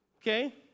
Okay